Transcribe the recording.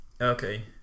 Okay